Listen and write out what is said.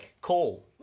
call